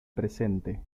presente